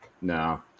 No